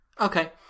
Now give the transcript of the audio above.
okay